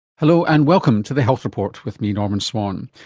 hello and welcome to the health report with me, norman swan.